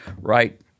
right